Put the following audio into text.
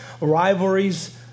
rivalries